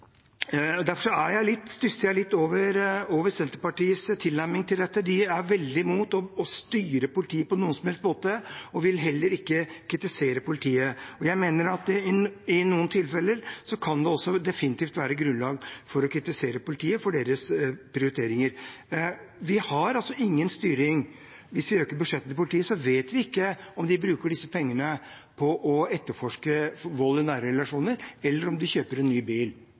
Derfor stusser jeg litt over Senterpartiets tilnærming til dette. De er veldig mot å styre politiet på noen som helst måte og vil heller ikke kritisere politiet. Jeg mener at det i noen tilfeller definitivt kan være grunnlag for å kritisere politiet for deres prioriteringer. Vi har altså ingen styring. Hvis vi øker budsjettet til politiet, vet vi ikke om de bruker disse pengene på å etterforske vold i nære relasjoner, eller om de kjøper en ny bil.